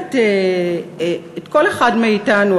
מחייבת את כל אחד מאתנו,